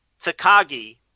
Takagi